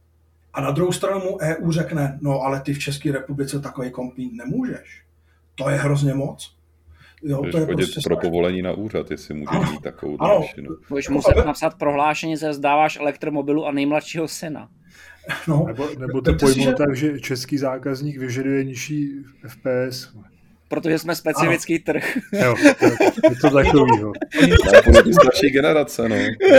A na druhou stranu mu EU řekne, "No, ale ty v České republice takovej komp mít nemůžeš. To je hrozně moc." Jo, Můžeš to je chodit prostě pro strašný. povolení na úřad, jestli můžeš Ano, mít takovouhle ano. mašinu. Budeš Jako muset a ve- napsat prohlášení, že vzdáváš elektromobilu a nejmladšího syna. No, Nebo- nebo to vemte si, pojmou že- tak, že český zákazník vyžaduje nižší FPS. Protože jsme Ano. specifický trh. Jo, jo, něco takovýho. Oni- To je politika naší generace, no.